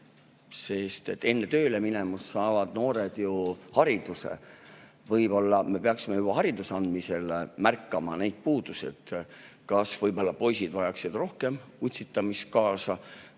lõhet. Enne tööle minemist saavad noored ju hariduse. Võib-olla me peaksime juba hariduse andmisel märkama neid puudusi, kas ehk poisid vajaksid rohkem utsitamist,